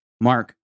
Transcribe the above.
Mark